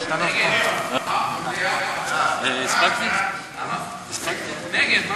ההצעה לכלול את הנושא בסדר-היום של הכנסת נתקבלה.